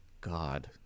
god